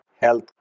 health